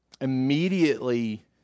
immediately